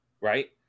right